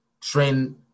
train